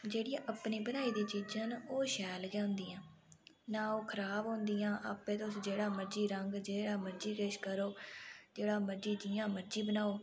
जेह्ड़ियां अपनी बनाई दियां चीजां न ओह् शैल गै होंदियां न नां ओह् खराब होंदियां आपें तुस जेह्ड़ा मर्जी रंग जेह्ड़ा मर्जी किश करो जेह्ड़ा मर्जी जियां मर्जी बनाओ